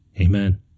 Amen